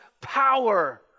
power